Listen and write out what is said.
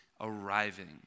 arriving